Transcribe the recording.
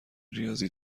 ریاضی